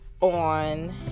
on